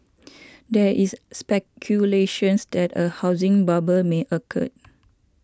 there is speculations that a housing bubble may occur